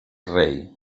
rei